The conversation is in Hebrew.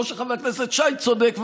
או שחבר הכנסת שי צודק,